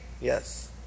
Yes